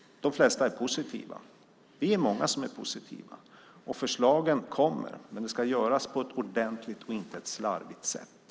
De flesta är positiva till det. Vi är många som är positiva. Förslagen kommer, men det hela ska göras på ett ordentligt, inte på ett slarvigt, sätt.